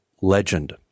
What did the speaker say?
legend